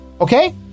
Okay